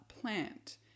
Plant